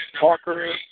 Parker